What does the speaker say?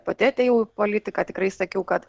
pati atėjau į politiką tikrai sakiau kad